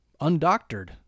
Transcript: undoctored